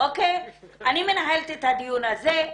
אני מנהלת את הדיון הזה.